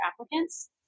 applicants